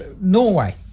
Norway